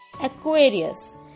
Aquarius